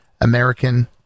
American